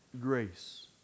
grace